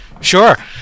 Sure